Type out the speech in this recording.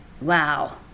Wow